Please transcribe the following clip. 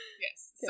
yes